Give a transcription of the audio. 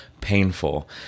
painful